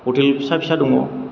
hotel फिसा फिसा दङ